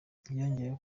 yongeyeho